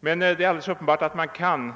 Det är emellertid uppenbart att åtskilligt kan